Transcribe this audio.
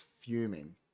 fuming